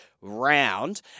round